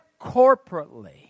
corporately